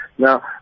Now